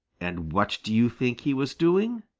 and what do you think he was doing?